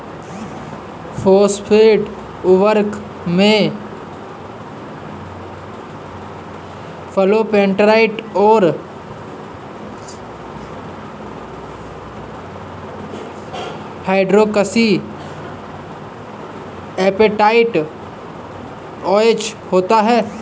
phosphate उर्वरक में fluorapatite और हाइड्रोक्सी एपेटाइट ओएच होता है